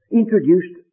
introduced